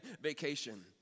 vacation